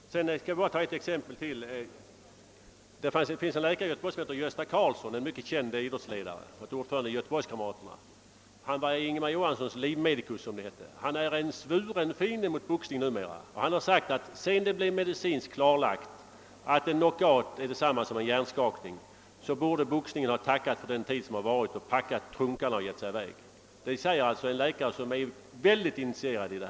Jag skall bara anföra ytterligare ett exempel i detta sammanhang. I Göteborg finns en läkare som heter Gösta Karlsson och som är en mycket känd idrottsledare — jag vill minnas i IFK Göteborg. Han var tidigare Ingemar Johanssons livmedikus. Han är numera en svuren fiende till boxningen. Han menar att boxningen sedan det blev medicinskt klarlagt att en knockout är detsamma som en hjärnskakning borde ha tackat för den tid som varit, packat trunkarna och upphört med sin verksamhet. Detta sägs alltså av en läkare som är synnerligen initierad på området.